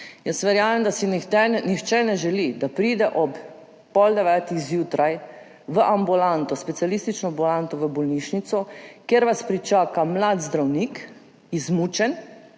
Jaz verjamem, da si nihče ne želi, da pride ob pol devetih zjutraj v specialistično ambulanto v bolnišnico, kjer vas pričaka mlad zdravnik, izmučen,